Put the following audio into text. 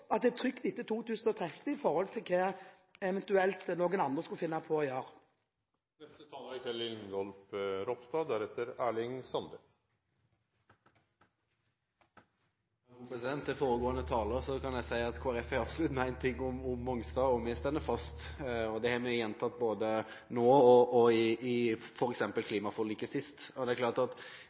at det er trygt etter 2030 med hensyn til hva noen andre eventuelt skulle finne på å gjøre. Til foregående taler kan jeg si at Kristelig Folkeparti har absolutt ment ting om Mongstad, og der står vi fast – og det har vi gjentatt både nå og i f.eks. klimaforliket sist. Det er klart